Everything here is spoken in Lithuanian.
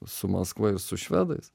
su maskva ir su švedais